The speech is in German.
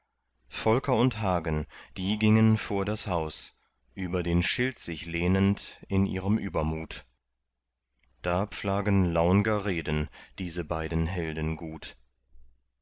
volker und hagen die gingen vor das haus über den schild sich lehnend in ihrem übermut da pflagen launger reden diese beiden helden gut